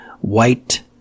white